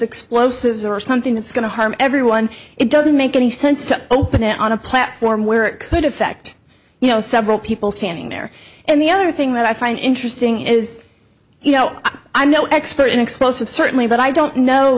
explosives or something that's going to harm everyone it doesn't make any sense to open it on a platform where it could affect you know several people standing there and the other thing that i find interesting is you know i'm no expert in explosive certainly but i don't know